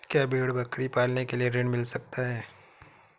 क्या भेड़ बकरी पालने के लिए ऋण मिल सकता है?